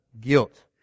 guilt